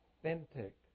authentic